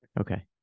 Okay